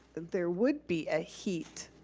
there would be a heat